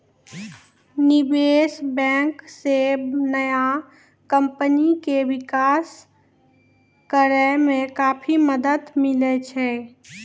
निबेश बेंक से नया कमपनी के बिकास करेय मे काफी मदद मिले छै